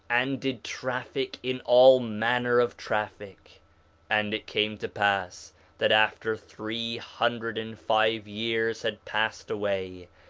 and did traffic in all manner of traffic and it came to pass that after three hundred and five years had passed away,